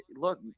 look